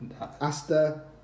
Asta